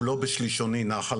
הוא לא בשלישוני נחל,